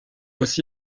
aussi